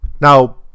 Now